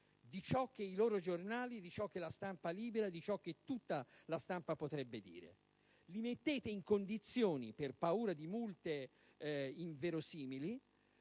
di ciò che i loro giornali, di ciò che la stampa libera e tutta la stampa potrebbe dirci. Li mettete in condizione, per paura di multe inverosimili,